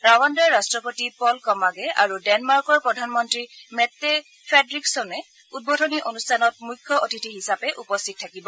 ৰাৱাণ্ডাৰ ৰাষ্ট্ৰপতি Paul Kagame আৰু ডেনমাৰ্কৰ প্ৰধানমন্ত্ৰী মেটে ফ্ৰেডৰিকচোনে উদ্বোধনী অনুষ্ঠানত মুখ্য অতিথি হিচাপে উপস্থিত থাকিব